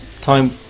time